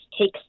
takes